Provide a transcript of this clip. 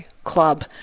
club